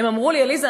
הם אמרו לי: עליזה,